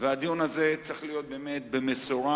והדיון הזה צריך להיות באמת במשורה,